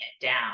down